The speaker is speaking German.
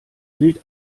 bild